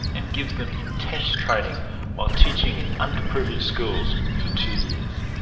and gives them intense training while teaching in underprivileged schools for two years.